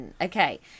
Okay